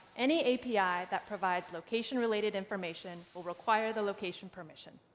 any api that provides location-related information will require the location permission.